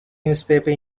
newspaper